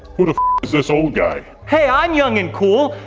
who the is this old guy? hey, i'm young and cool.